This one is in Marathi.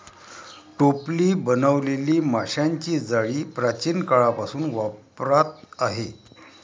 टोपली बनवलेली माशांची जाळी प्राचीन काळापासून वापरात आहे